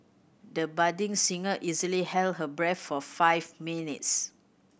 the budding singer easily held her breath for five minutes